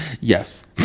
Yes